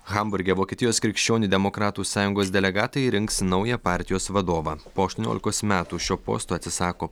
hamburge vokietijos krikščionių demokratų sąjungos delegatai rinks naują partijos vadovą po aštuoniolikos metų šio posto atsisako